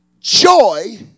joy